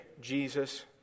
Jesus